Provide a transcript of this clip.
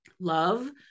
Love